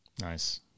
Nice